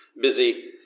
busy